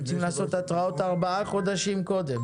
צריכים לעשות התראות ארבעה חודשים קודם.